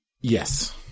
Yes